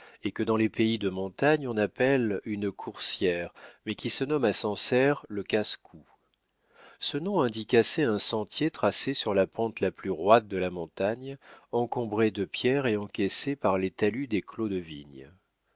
et que dans les pays de montagnes on appelle une coursière mais qui se nomme à sancerre le casse-cou ce nom indique assez un sentier tracé sur la pente la plus roide de la montagne encombré de pierres et encaissé par les talus des clos de vignes